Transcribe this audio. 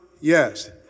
yes